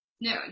no